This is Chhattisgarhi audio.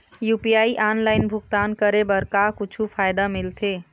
यू.पी.आई ऑनलाइन भुगतान करे बर का कुछू फायदा मिलथे?